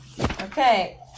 Okay